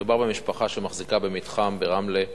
מדובר במשפחה שמחזיקה במתחם ברמלה.